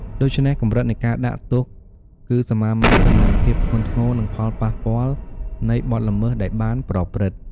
ដូច្នេះ កម្រិតនៃការដាក់ទោសគឺសមាមាត្រទៅនឹងភាពធ្ងន់ធ្ងរ និងផលប៉ះពាល់នៃបទល្មើសដែលបានប្រព្រឹត្ត។